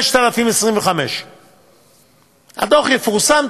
5,025. הדוח יפורסם,